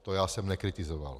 To jsem nekritizoval.